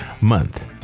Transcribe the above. Month